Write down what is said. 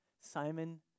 Simon